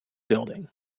building